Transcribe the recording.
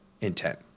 intent